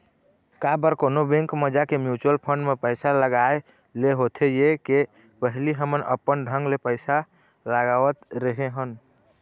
काबर कोनो बेंक म जाके म्युचुअल फंड म पइसा लगाय ले होथे ये के पहिली हमन अपन ढंग ले पइसा लगावत रेहे हन